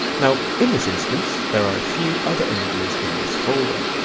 now in this instance there are a few other images in this folder,